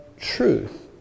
truth